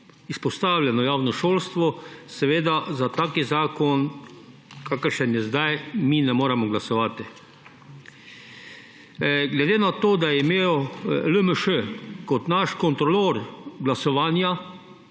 izpostavljeno javno šolstvo, seveda za tak zakon, kakršen je zdaj, mi ne moremo glasovati. Glede na to, da je imel LMŠ kot naš kontrolor glasovanja